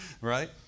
right